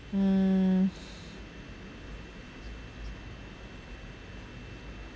hmm